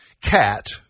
Cat